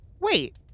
Wait